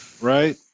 right